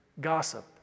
gossip